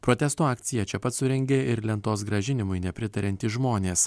protesto akciją čia pat surengė ir lentos grąžinimui nepritariantys žmonės